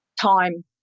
time